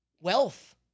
wealth